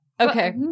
Okay